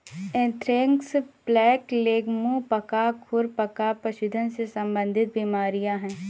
anthrax, blackleg, मुंह पका, खुर पका पशुधन से संबंधित बीमारियां हैं